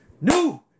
new